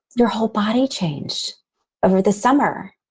your whole body changed over the summer.